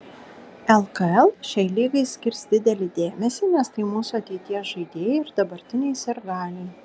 lkl šiai lygai skirs didelį dėmesį nes tai mūsų ateities žaidėjai ir dabartiniai sirgaliai